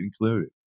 included